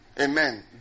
Amen